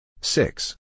Six